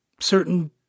certain